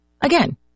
Again